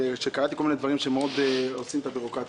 קראתי על כל מיני דברים שיוצרים בירוקרטיה.